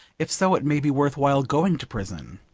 if so, it may be worth while going to prison.